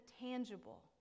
tangible